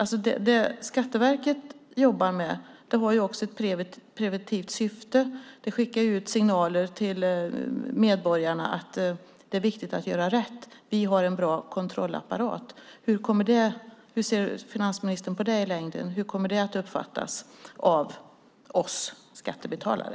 Det som Skatteverket jobbar med har ju också ett preventivt syfte. Det skickar ut signaler till medborgarna att det är viktigt att göra rätt, att man har en bra kontrollapparat. Hur tror finansministern att det kommer att uppfattas av oss skattebetalare?